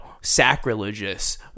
sacrilegious